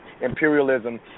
imperialism